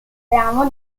ramo